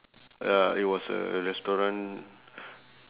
ya it was a restaurant